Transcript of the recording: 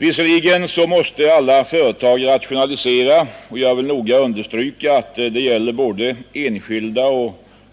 Visserligen måste alla företag rationalisera — och jag vill noga understryka att det gäller både enskilda